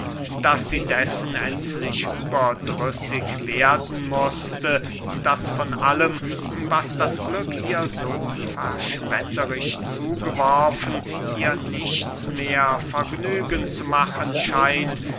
daß sie dessen endlich überdrüßig werden mußte daß von allem was das glück ihr so verschwenderisch zugeworfen ihr nichts mehr vergnügen zu machen scheint